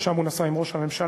לשם הוא נסע עם ראש הממשלה,